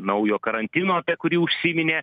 naujo karantino apie kurį užsiminė